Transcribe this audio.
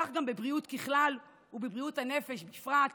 כך גם בבריאות ככלל ובבריאות הנפש בפרט.